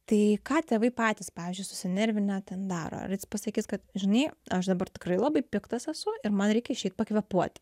tai ką tėvai patys pavyzdžiui susinervinę ten daro ar jis pasakys kad žinai aš dabar tikrai labai piktas esu ir man reikia išeit pakvėpuoti